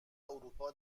اروپا